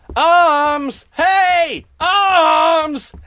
ah arms! hey, ah arms!